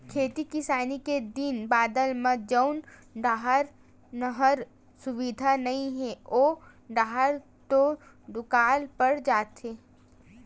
खेती किसानी के दिन बादर म जउन डाहर नहर सुबिधा नइ हे ओ डाहर तो दुकाल पड़ जाथे